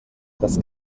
das